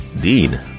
Dean